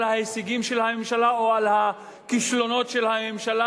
ההישגים של הממשלה או על הכישלונות של הממשלה?